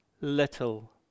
little